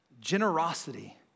Generosity